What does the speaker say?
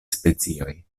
specioj